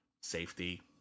safety